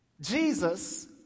Jesus